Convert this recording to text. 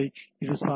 இது சாத்தியம்